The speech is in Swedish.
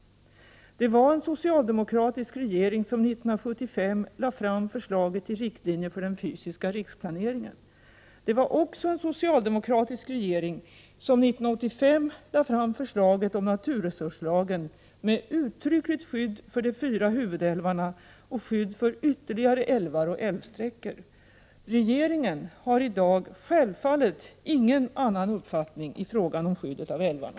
Det var en socialdemokratisk regering som 1972 lade fram förslaget till riktlinjer för den fysiska riksplaneringen. Det var också en socialdemokratisk regering som 1985 lade fram förslaget om naturresurslagen med uttryckligt skydd för de fyra huvudälvarna och skydd för ytterligare älvar och älvsträckor. Regeringen har i dag självfallet ingen annan uppfattning i frågan om skyddet av älvarna.